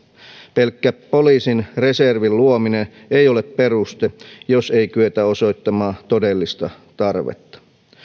pelkkä poliisin reservin luominen ei ole peruste jos ei kyetä osoittamaan todellista tarvetta